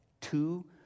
two